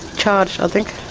charged i think,